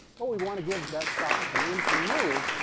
well, we want to give that stock room to move,